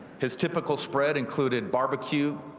his typical spread included barbecue,